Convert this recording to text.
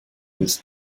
his